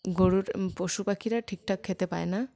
গরুর পশু পাাখিরা ঠিকঠাক খেতে পায় না